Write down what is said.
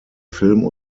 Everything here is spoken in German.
film